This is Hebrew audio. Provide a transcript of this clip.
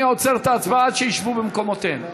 אני עוצר את ההצבעה עד שישבו במקומותיהם.